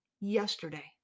yesterday